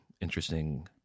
interesting